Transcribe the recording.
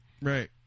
right